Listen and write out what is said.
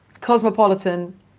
cosmopolitan